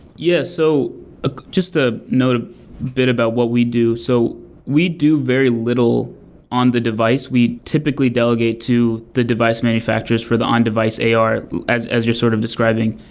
yeah. so ah just a note a bit about what we do. so we do very little on the device. we typically delegate to the device manufacturers for the on-device ar as as you're sort of describing,